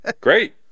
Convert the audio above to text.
great